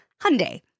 Hyundai